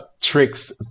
tricks